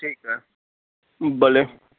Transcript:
ठीकु आहे भले